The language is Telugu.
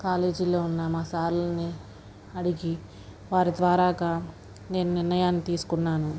కాలేజీలో ఉన్న మా సార్లని అడిగి వారి ద్వారాగా నేను నిర్ణయాన్ని తీసుకున్నాను